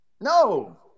No